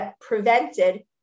prevented